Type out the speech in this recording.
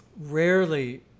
rarely